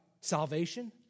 salvation